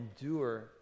endure